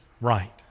Right